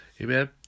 Amen